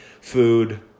food